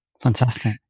Fantastic